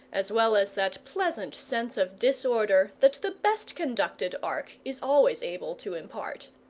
as well as that pleasant sense of disorder that the best conducted ark is always able to impart.